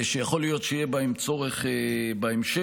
שיכול להיות שיהיה בהם צורך בהמשך,